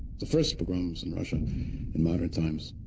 the first pogroms in russia in modern times.